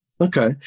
Okay